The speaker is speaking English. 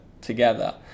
together